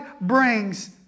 brings